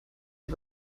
die